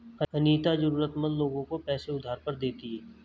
अनीता जरूरतमंद लोगों को पैसे उधार पर देती है